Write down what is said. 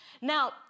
Now